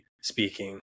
speaking